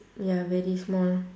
ya very small